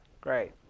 Great